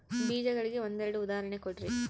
ಬೇಜಗಳಿಗೆ ಒಂದೆರಡು ಉದಾಹರಣೆ ಕೊಡ್ರಿ?